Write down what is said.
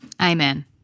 Amen